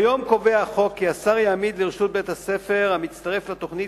כיום קובע החוק כי השר יעמיד לרשות בית-הספר המצטרף לתוכנית